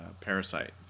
Parasite